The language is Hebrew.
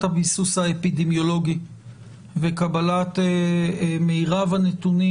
הביסוס האפידמיולוגי וקבלה מהירה בנתונים,